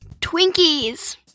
Twinkies